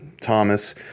Thomas